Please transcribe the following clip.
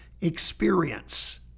experience